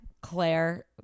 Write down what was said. Claire